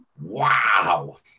Wow